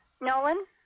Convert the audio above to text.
Nolan